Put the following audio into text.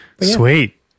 Sweet